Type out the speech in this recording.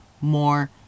more